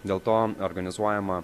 dėl to organizuojama